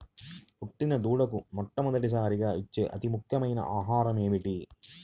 పుట్టిన దూడకు మొట్టమొదటిసారిగా ఇచ్చే అతి ముఖ్యమైన ఆహారము ఏంటి?